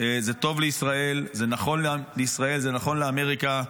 זה טוב לישראל, זה נכון לישראל, זה נכון לאמריקה.